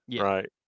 right